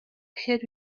kid